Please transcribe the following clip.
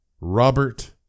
Robert